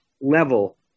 level